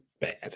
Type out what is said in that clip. bad